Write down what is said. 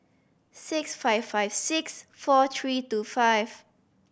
six five five six four three two five